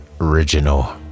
original